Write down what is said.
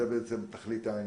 זו בעצם תכלית העניין.